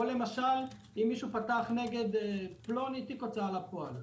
או למשל אם מישהו פתח נגד פלוני תיק הוצאה לפועל,